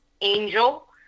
angel